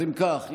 אם כך,